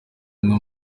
umwe